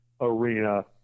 arena